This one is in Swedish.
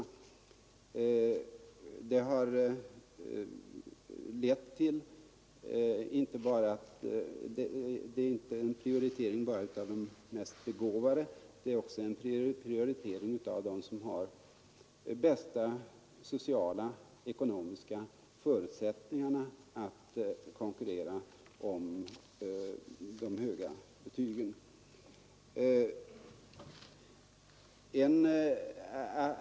Det systemet har inte enbart lett till en prioritering av de mest begåvade utan till en prioritering av dem som har de bästa sociala och ekonomiska förutsättningarna att konkurrera om de höga betygen.